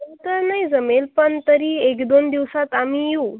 पटकन तर नाही जमेल पण तरी एक दोन दिवसांत आम्ही येऊ